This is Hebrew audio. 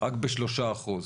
רק ב-3%,